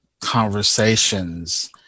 conversations